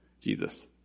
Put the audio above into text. Jesus